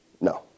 No